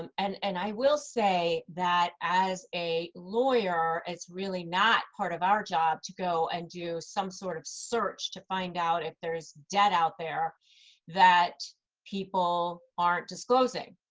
um and and i will say that as a lawyer, it's really not part of our job to go and do some sort of search to find out if there's debt out there that people aren't disclosing.